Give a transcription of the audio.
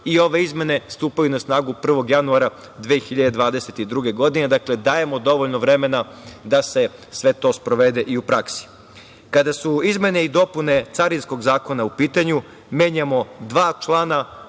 izmene stupaju na snagu 1. januara 2022. godine. Dakle, dajemo dovoljno vremena da se sve to sprovede i u praksi. Kada su izmene i dopune Carinskog zakona u pitanju, menjamo dva člana.